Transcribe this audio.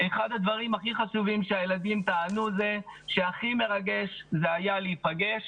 אחד הדברים שהכי חשובים שהילדים טענו זה שהכי מרגש היה להיפגש